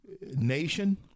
nation